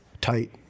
Tight